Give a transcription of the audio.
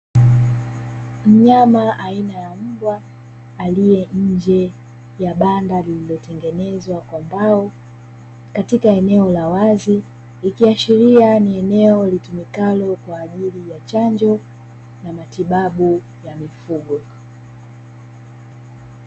Mnyama aina ya mbwa aliye nje ya banda lililotengenezwa kwa mbao katika eneo la wazi, ikishiria ni eneo litumikalo kwa ajili ya chanjo na matibabu ya mifugo.